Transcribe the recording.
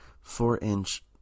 Four-inch